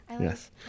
Yes